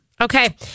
Okay